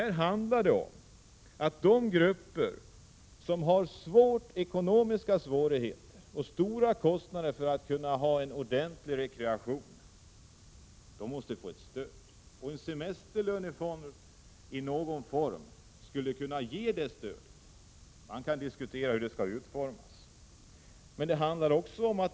Det handlar om att de grupper som har ekonomiska svårigheter och har höga kostnader för en ordentlig rekreation måste få ett stöd. En semesterlönefond i någon form skulle kunna ge detta stöd, och utformningen av en sådan bör diskuteras.